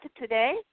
today